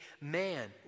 man